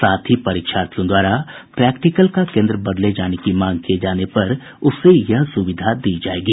साथ ही परीक्षार्थियों द्वारा प्रैक्टिकल का केन्द्र बदले जाने की मांग किये जाने पर उसे यह सुविधा दी जायेगी